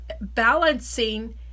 balancing